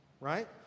right